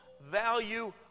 value